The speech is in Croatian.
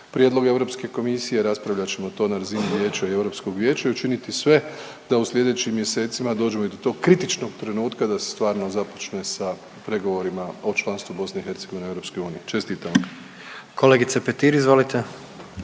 prijedlog Europske komisije. Raspravljat ćemo to na razini vijeća i Europskog vijeća i učiniti sve da u slijedećim mjesecima dođemo i do tog kritičnog trenutka da se stvarno započne sa pregovorima o članstvu Bosne i Hercegovine Europskoj uniji. Čestitamo. **Jandroković, Gordan